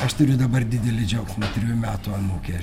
aš turiu dabar didelį džiaugsmą trijų metų anūkę